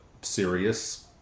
serious